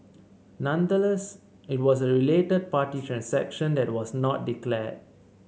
nonetheless it was a related party transaction that was not declare